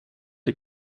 der